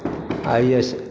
I A S